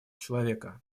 человека